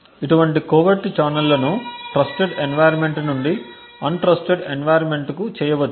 ఇటువంటి కోవెర్ట్ ఛానెల్లను trusted environment నుండి అన్ ట్రస్టెడ్ ఎన్విరాన్మెంట్ వరకు చేయవచ్చు